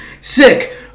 sick